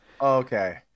Okay